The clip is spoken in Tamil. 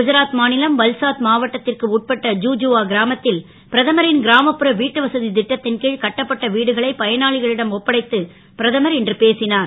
குஜராத் மா லம் வல்சாத் மாவட்டத் ற்கு உட்பட்ட ஜுஜுவா கிராமத் ல் பிரதமரின் கிராமப்புற வீட்டுவச ட்டத் ன் கி கட்டப்பட்ட வீடுகளை பயனாளிகளிடம் ஒப்படைத்து பிரதமர் இன்று பேசினார்